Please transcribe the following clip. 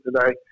today